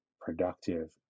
productive